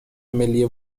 ملی